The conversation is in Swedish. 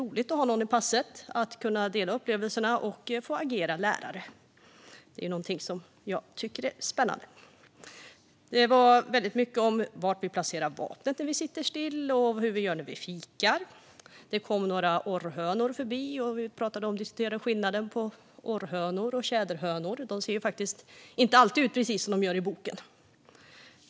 Det var roligt att kunna dela upplevelsen med någon och spännande att få agera lärare. Det handlade om var man placerar vapnet när man sitter still och hur man gör när man fikar. Det kom några orrhönor förbi, och vi diskuterade skillnaden mellan orrhönor och tjäderhönor - de ser nämligen inte alltid ut som i boken.